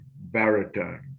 baritone